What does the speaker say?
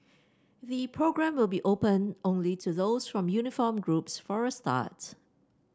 the programme will be open only to those from uniformed groups for a start